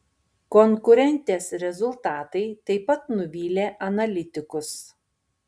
konkurentės rezultatai taip pat nuvylė analitikus